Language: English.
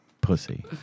Pussy